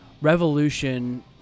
Revolution